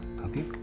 Okay